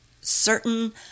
certain